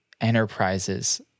Enterprise's